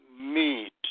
meat